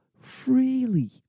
freely